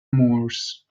moors